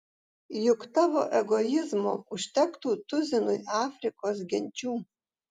juk tavo egoizmo užtektų tuzinui afrikos genčių